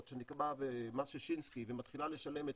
שנקבע במס ששינסקי ומתחילה לשלם היטל,